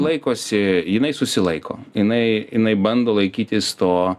laikosi jinai susilaiko jinai jinai bando laikytis to